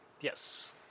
Yes